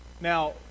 Now